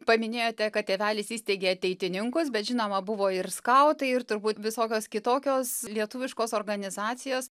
paminėjote kad tėvelis įsteigė ateitininkus bet žinoma buvo ir skautai ir turbūt visokios kitokios lietuviškos organizacijos